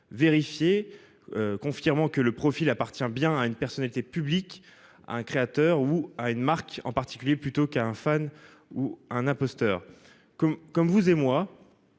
confirmant que le profil appartient bien à une personnalité publique, à un créateur ou à une marque plutôt qu'à un fan ou à un imposteur. Comme vous et moi,